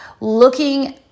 looking